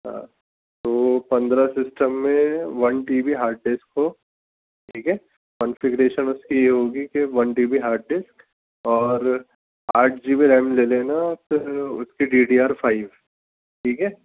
ہاں تو پندرہ سسٹم میں one T B hard disk ہو ٹھیک ہے کنفیگریشن اس کی یہ ہوگی کہ one T B hard disk اور آٹھ جی بی ریم لے لینا پھر اس کی ڈی ڈی آر فائیو ٹھیک ہے